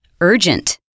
urgent